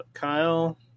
Kyle